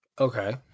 Okay